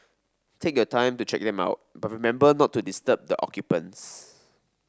take your time to check them out but remember not to disturb the occupants